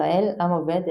ישראל עם-עובד,